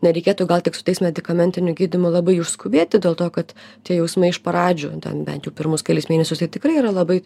nereikėtų gal tik su tais medikamentiniu gydymu labai užskubėti dėl to kad tie jausmai iš pradžių ten bent jau pirmus kelis mėnesius tai tikrai yra labai